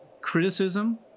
criticism